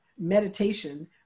Meditation